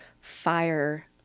fire